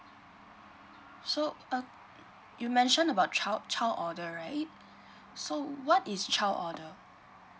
so uh you mentioned about child child order right so what is child order